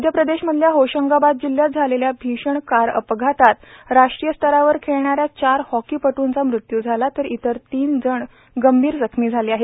मध्य प्रदेशमधल्या होशंगाबाद जिल्ह्यात झालेल्या भीषण कार अपघातात राष्ट्रीय स्तरावर खेळणाऱ्या चार हॉकी पदूंचा मृत्यू झाला तर इतर तीन जण गंभीर जखमी झाले आहेत